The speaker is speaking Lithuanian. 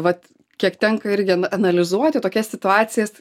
vat kiek tenka irgi analizuoti tokias situacijas